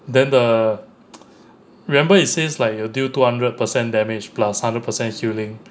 then the remember it says like it will deal two hundred percent damage plus hundred percent healing